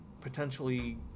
potentially